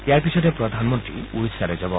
ইয়াৰ পিছতে প্ৰধানমন্ত্ৰী ওড়িশালৈ যাব